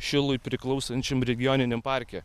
šilui priklausančiam regioniniam parke